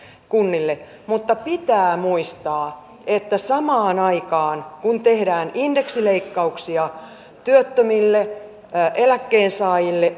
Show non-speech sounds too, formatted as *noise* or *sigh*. kunnille mutta pitää muistaa että samaan aikaan kun tehdään indeksileikkauksia työttömille eläkkeensaajille *unintelligible*